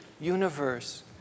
universe